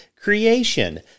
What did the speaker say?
creation